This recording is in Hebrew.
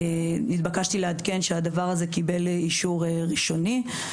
נתבקשתי לעדכן שהדבר הזה קיבל אישור ראשוני.